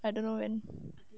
I don't know when